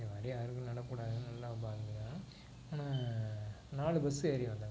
இந்த மாதிரி யாருக்கும் நடக்கக்கூடாது நல்லா ஆனால் நாலு பஸ்ஸு ஏறி வந்தேன்ங்க